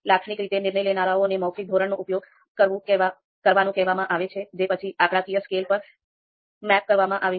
લાક્ષણિક રીતે નિર્ણય લેનારાઓને મૌખિક ધોરણનો ઉપયોગ કરવાનું કહેવામાં આવે છે જે પછી આંકડાકીય સ્કેલ પર મેપ કરવામાં આવે છે